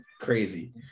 crazy